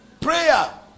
prayer